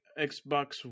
Xbox